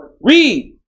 Read